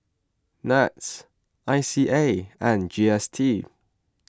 NETS I C A and G S T